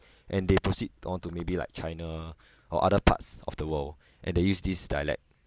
and they proceed on to maybe like china or other parts of the world and they use this dialect